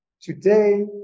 today